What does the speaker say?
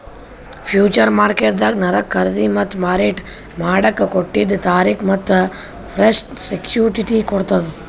future ಮಾರ್ಕೆಟ್ದಾಗ್ ಸರಕ್ ಖರೀದಿ ಮತ್ತ್ ಮಾರಾಟ್ ಮಾಡಕ್ಕ್ ಕೊಟ್ಟಿದ್ದ್ ತಾರಿಕ್ ಮತ್ತ್ ಪ್ರೈಸ್ಗ್ ಸೆಕ್ಯುಟಿಟಿ ಕೊಡ್ತದ್